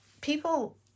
people